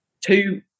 two